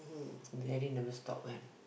diarrhoea never stop what